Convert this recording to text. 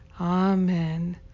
Amen